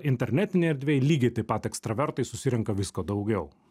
internetinėj erdvėj lygiai taip pat ekstravertai susirenka visko daugiau